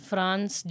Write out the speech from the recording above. France